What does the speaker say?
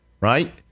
right